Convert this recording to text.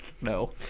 no